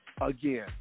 again